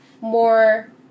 more